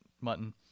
mutton